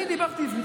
אני דיברתי עברית,